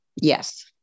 Yes